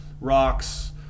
rocks